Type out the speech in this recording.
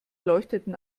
leuchteten